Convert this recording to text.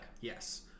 Yes